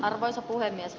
arvoisa puhemies